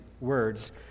words